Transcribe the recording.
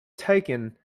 taken